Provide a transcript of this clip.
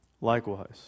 likewise